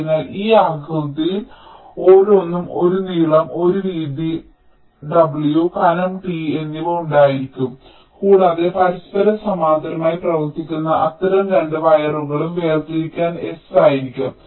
അതിനാൽ ഈ ആകൃതിയിൽ ഓരോന്നും ഒരു നീളം l വീതി w കനം t എന്നിവ ഉണ്ടായിരിക്കും കൂടാതെ പരസ്പരം സമാന്തരമായി പ്രവർത്തിക്കുന്ന അത്തരം 2 വയറുകളും വേർതിരിക്കൽ s ആയിരിക്കും